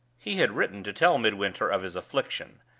he had written to tell midwinter of his affliction,